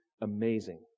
amazing